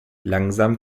langsam